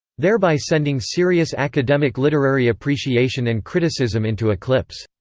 thereby sending serious academic literary appreciation and criticism into eclipse.